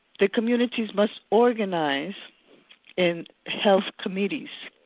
the communities must organise in health committees,